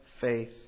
faith